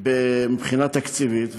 מבחינה תקציבית,